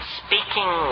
speaking